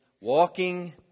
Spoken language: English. Walking